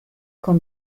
con